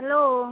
hello